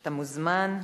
אתה מוזמן.